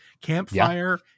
Campfire